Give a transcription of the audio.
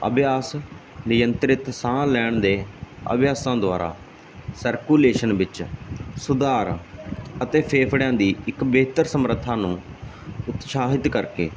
ਅਭਿਆਸ ਨਿਯੰਤਰਿਤ ਸਾਹ ਲੈਣ ਦੇ ਅਭਿਆਸਾ ਦੁਆਰਾ ਸਰਕੂਲੇਸ਼ਨ ਵਿੱਚ ਸੁਧਾਰ ਅਤੇ ਫੇਫੜਿਆਂ ਦੀ ਇੱਕ ਬਿਹਤਰ ਸਮਰੱਥਾ ਨੂੰ ਉਤਸ਼ਾਹਿਤ ਕਰਕੇ